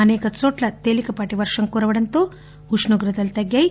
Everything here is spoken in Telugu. అసేక చోట్ల తేలికపాటి వర్షం కురవడంతో ఉష్ణోగ్రతలు తగ్గాయి